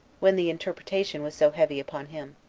when the interpretation was so heavy upon him.